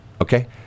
Okay